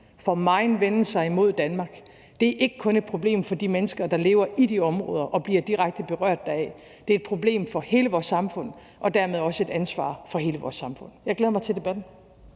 for meget venden sig imod Danmark er ikke kun et problem for de mennesker, der lever i de områder og bliver direkte berørt deraf; det er et problem for hele vores samfund og dermed også et ansvar for hele vores samfund. Jeg glæder mig til debatten.